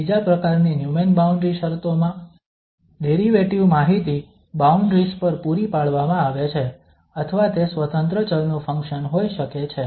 બીજા પ્રકારની Neumann boundary શરતો માં ડેરિવેટિવ માહિતી બાઉન્ડ્રીઝ પર પૂરી પાડવામાં આવે છે અથવા તે સ્વતંત્ર ચલ નું ફંક્શન હોઈ શકે છે